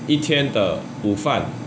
一天的午饭